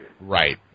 right